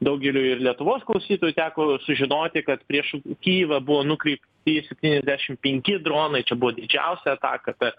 daugeliui ir lietuvos klausytojų teko sužinoti kad prieš kijivą buvo nukreipti septyniasdešim penki dronai čia buvo didžiausia ataka per